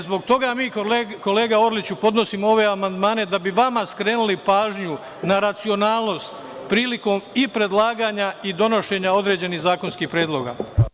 Zbog toga mi, kolega Orliću, podnosimo ove amandmane da bi vama skrenuli pažnju na racionalnost prilikom i predlaganja i donošenja određenih zakonskih predloga.